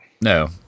no